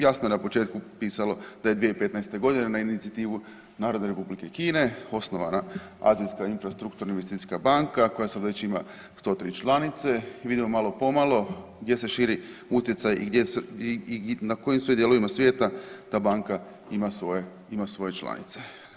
Jasno je na početku pisalo da je 2015. godine na inicijativu naroda Republike Kine osnovana Azijska infrastrukturna investicijska banka koja sad već ima 103 članice, vidimo malo pomalo gdje se širi utjecaj i na kojim sve dijelovima svijeta ta banka ima svoje, ima svoje članice.